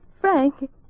Frank